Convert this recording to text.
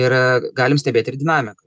ir galim stebėt ir dinamiką